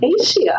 Asia